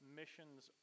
missions